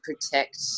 protect